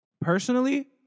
personally